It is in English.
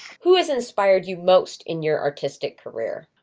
who has inspired you most in your artistic career?